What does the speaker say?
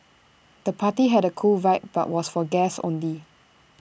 the party had A cool vibe but was for guests only